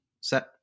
set